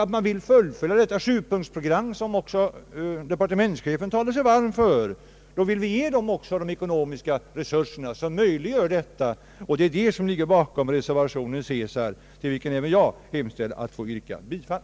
Om man vill fullfölja det sjupunktsprogram som departementschefen talat sig så varm för bör man också ge den nya organisationen erforderliga resurser för att möjliggöra detta. Det är, herr talman, detta som ligger bakom reservation c, till vilken även jag ber att få yrka bifall.